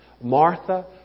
Martha